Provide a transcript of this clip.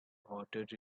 ordered